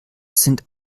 sind